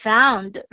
,Found